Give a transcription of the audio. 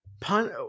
pun